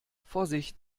vorsicht